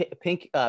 Pink